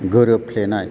गोरोबफ्लेनाय